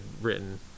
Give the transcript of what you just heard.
written